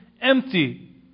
empty